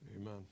Amen